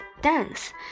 dance